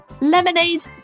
lemonade